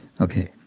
Okay